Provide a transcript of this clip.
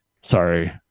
sorry